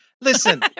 Listen